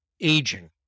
aging